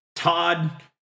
Todd